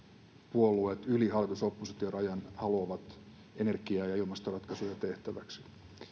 puolueet yli hallitus oppositio rajan haluavat energia ja ilmastoratkaisuja tehtäväksi